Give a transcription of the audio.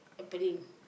happening